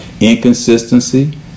Inconsistency